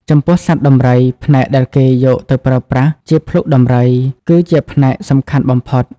ចំពោះសត្វដំរី ផ្នែកដែលគេយកទៅប្រើប្រាស់ជាភ្លុកដំរី គឺជាផ្នែកសំខាន់បំផុត។